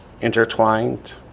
Intertwined